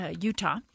Utah